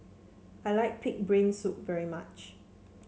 I like pig brain soup very much